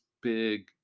big